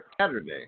Saturday